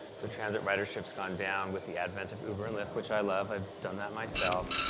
so transit ridership's gone down, with the advent of uber and lyft, which i love i've done that myself.